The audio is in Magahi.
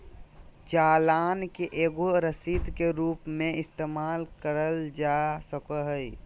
चालान के एगो रसीद के रूप मे इस्तेमाल करल जा सको हय